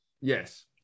Yes